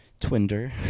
Twinder